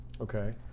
Okay